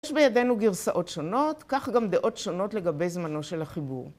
יש בידינו גרסאות שונות, כך גם דעות שונות לגבי זמנו של החיבור.